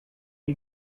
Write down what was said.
you